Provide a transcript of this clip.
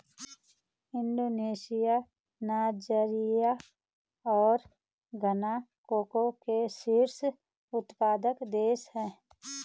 Indonesia Nigeria और Ghana cocoa के शीर्ष उत्पादक देश हैं